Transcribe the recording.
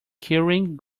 keyring